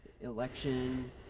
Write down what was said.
election